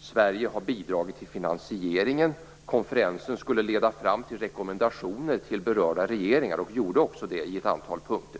Sverige har bidragit till finansieringen. Konferensen skulle leda fram till rekommendationer till berörda regeringar, och gjorde det också på ett antal punkter.